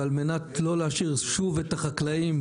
ועל מנת לא להשאיר את החקלאים,